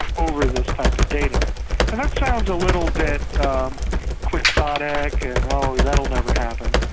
over this type of data. and that sounds a little bit quixotic, and oh, that'll never happen.